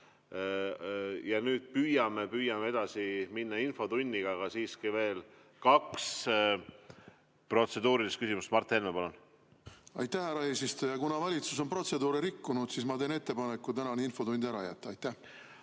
Ja nüüd püüame edasi minna infotunniga, aga siiski on veel kaks protseduurilist küsimust. Mart Helme, palun! Aitäh, härra eesistuja! Kuna valitsus on protseduure rikkunud, siis ma teen ettepaneku tänane infotund ära jätta. Aitäh,